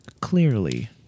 clearly